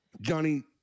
Johnny